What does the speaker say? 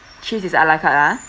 cheese is a la carte ah